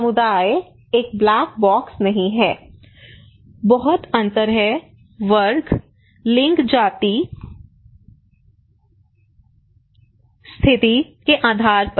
समुदाय एक black box नहीं है बहुत अंतर हैं वर्ग लिंग जाति स्थिति के आधार पर